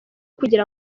kugira